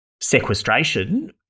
sequestration